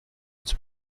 its